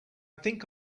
think